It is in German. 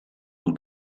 und